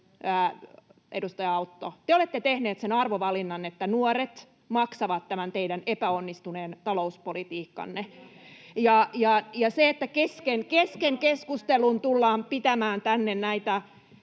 edustaja Autto. Te olette tehneet sen arvovalinnan, että nuoret maksavat tämän teidän epäonnistuneen talouspolitiikkanne. [Pia Sillanpää: Teidän